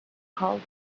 called